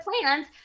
plans